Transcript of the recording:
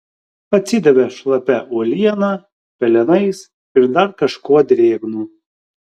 atsidavė šlapia uoliena pelenais ir dar kažkuo drėgnu